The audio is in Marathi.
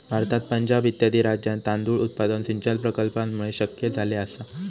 भारतात पंजाब इत्यादी राज्यांत तांदूळ उत्पादन सिंचन प्रकल्पांमुळे शक्य झाले आसा